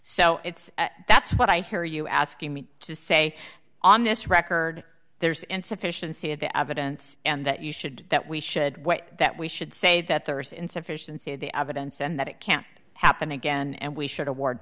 so it's that's what i hear you asking me to say on this record there's insufficiency of the evidence and that you should that we should way that we should say that there is insufficiency of the evidence and that it can't happen again and we should award